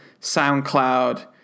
SoundCloud